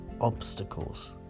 obstacles